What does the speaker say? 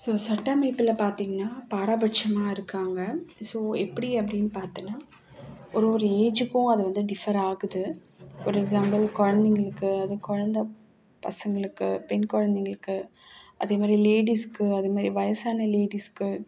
so சட்ட அமைப்பில் பார்த்தீங்கன்னா பாராபட்சமாக இருக்காங்க ஸோ எப்படி அப்படின்னு பார்த்தோன்னா ஒரு ஒரு ஏஜ்ஜிக்கும் அது வந்து டிஃபர் ஆகுது ஃபார் எக்ஸாம்பிள் குழந்தைங்களுக்கு அதாவது குழந்த பசங்களுக்கு பெண் குழந்தைங்களுக்கு அதேமாதிரி லேடிஸ்சுக்கு அதுமாதிரி வயதான லேடிஸ்சுக்கு